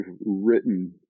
written